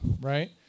right